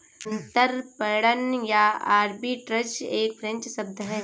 अंतरपणन या आर्बिट्राज एक फ्रेंच शब्द है